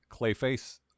Clayface